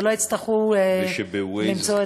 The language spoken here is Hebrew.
ולא יצטרכו למצוא,